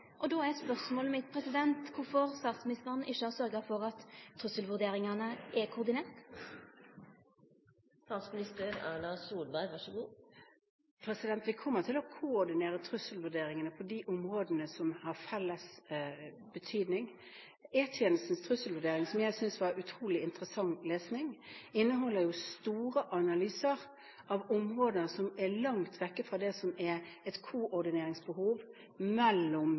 og da er spørsmålet mitt: Kvifor har ikkje statsministeren sørgt for at trusselvurderingane er koordinerte? Vi kommer til å koordinere trusselvurderingene på de områdene som har felles betydning. E-tjenestens trusselvurdering, som jeg syntes var utrolig interessant lesning, inneholder store analyser av områder som er langt vekk fra det som er et koordineringsbehov mellom